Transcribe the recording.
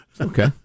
Okay